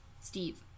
Steve